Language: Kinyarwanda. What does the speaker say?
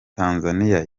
tanzaniya